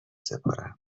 سپارم